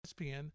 ESPN